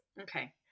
Okay